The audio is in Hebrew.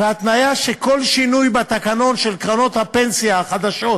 וההתניה, שכל שינוי בתקנון של קרנות הפנסיה החדשות